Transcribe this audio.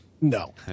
No